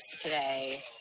today